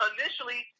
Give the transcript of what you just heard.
Initially